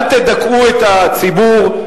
אל תדכאו את הציבור,